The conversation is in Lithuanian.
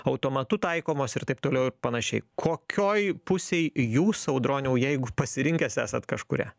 automatu taikomos ir taip toliau ir panašiai kokioj pusėj jūs audroniau jeigu pasirinkęs esat kažkurią